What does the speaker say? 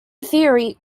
theory